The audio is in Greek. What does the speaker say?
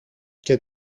και